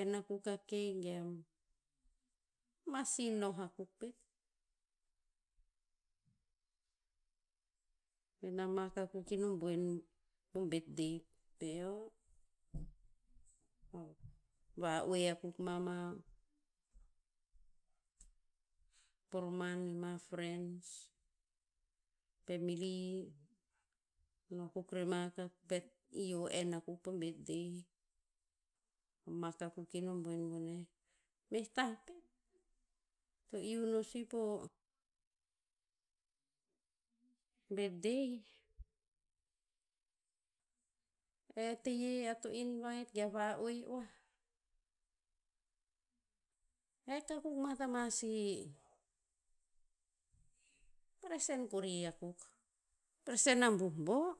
En akuk a cake ge a, ma si noh akuk pet. Ven na mak akuk ino boen po birthday pe eo. Va'oe akuk ma poroman ma friends, family, no akuk rema ka pet ihio en akuk po birthday. Mak akuk ino boen boneh. Meh tah pet, to iu no si po birthday, e teye ea to invite ge a va'oe oah, hek akuk ma ta ma si present kori akuk. Present abuh bo.